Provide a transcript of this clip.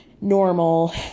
normal